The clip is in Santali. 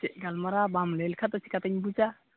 ᱪᱮᱫ ᱜᱟᱞᱢᱟᱨᱟᱣ ᱵᱟᱢ ᱞᱟᱹᱭ ᱞᱮᱠᱷᱟᱱ ᱫᱚ ᱪᱮᱠᱟᱹᱛᱤᱧ ᱵᱩᱡᱟ